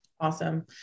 Awesome